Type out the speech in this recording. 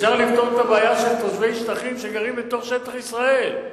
אפשר לפתור את הבעיה של תושבי שטחים שגרים בתוך שטח ישראל.